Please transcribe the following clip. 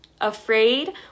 afraid